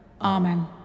Amen